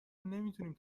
نمیتونیم